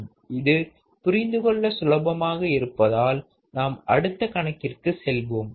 இது புரிந்துகொள்ள சுலபமாக இருப்பதால் நாம் அடுத்த கணக்கிற்கு செல்வோம்